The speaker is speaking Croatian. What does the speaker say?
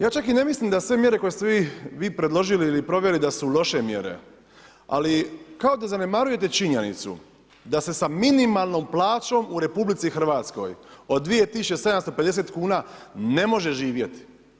Ja čak i ne mislim da sve mjere koje ste vi predložili ili proveli da su loše mjere, ali kao da zanemarujete činjenicu da se sa minimalnom plaćom u RH od 2750 kuna ne može živjeti.